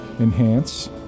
enhance